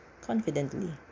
confidently